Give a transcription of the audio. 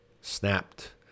snapped